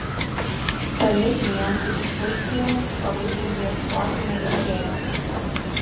toli klientų iš rusijos ovidijui ieškoti nereikėjo